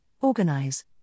organize